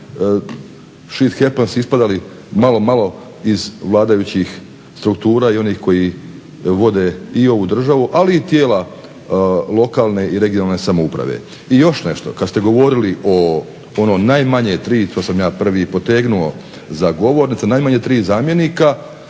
she happens ispadali malo, malo iz vladajući struktura i onih koji vode i ovu državu ali i tijela lokalne i regionalne samouprave. I još nešto, kad ste govorili o ono najmanje 3, to sam ja prvi potegnu za govornicom, najmanje 3 zamjenika.